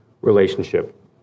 relationship